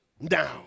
now